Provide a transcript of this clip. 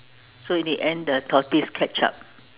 so in the end the tortoise catch up